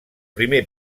primer